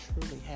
truly